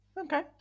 Okay